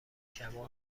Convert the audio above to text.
شبا